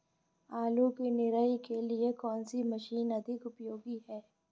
आलू की निराई के लिए कौन सी मशीन अधिक उपयोगी है?